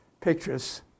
pictures